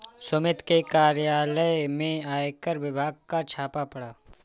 सुमित के कार्यालय में आयकर विभाग का छापा पड़ा